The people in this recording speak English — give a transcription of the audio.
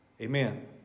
Amen